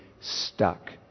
stuck